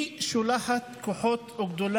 היא שולחת כוח גדול